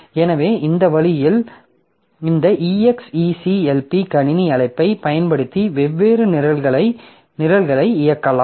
எனவே இந்த வழியில் இந்த execlp கணினி அழைப்பைப் பயன்படுத்தி வெவ்வேறு நிரல்களை இயக்கலாம்